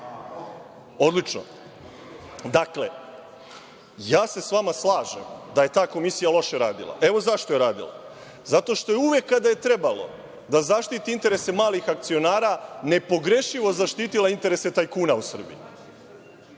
Odlično. Dakle, ja se sa vama slažem da je ta Komisija loše radila. Evo, zašto je loše radila. Zato što je uvek kada je trebalo da zaštiti interese malih akcionara, nepogrešivo zaštitila interese tajkuna u Srbiji.